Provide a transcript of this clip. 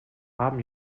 haben